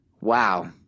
wow